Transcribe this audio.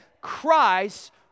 Christ